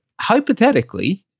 hypothetically